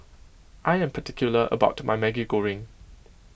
I am particular about my Maggi Goreng